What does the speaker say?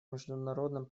международном